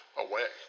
away